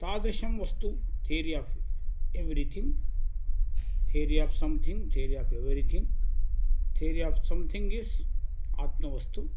तादृशं वस्तु theory of everything theory of something theory of everything theory of something is आत्मवस्तु